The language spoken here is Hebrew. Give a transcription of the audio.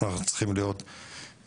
אנחנו צריכים להיות חזקים,